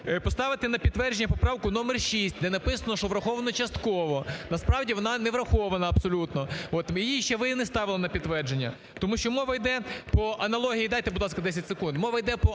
поставити на підтвердження поправку номер 6, де написано, що "враховано частково". Насправді, вона не врахована абсолютно, ви її ще не ставили на підтвердження. Тому що мова іде… Дайте, будь ласка, 10 секунд. Мова іде по